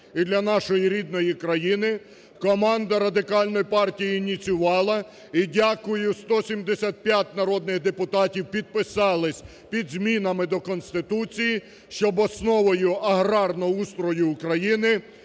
і для нашої рідної країни, команда Радикальної партії ініціювала і дякую, 175 народних депутатів підписались під змінами до Конституції, щоб основою аграрного устрою України